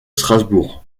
strasbourg